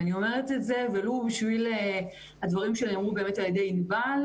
אני אומרת את זה ולו בשל הדברים שנאמרו על ידי ענבל,